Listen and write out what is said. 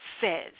says